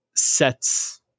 Sets